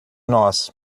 nós